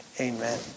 Amen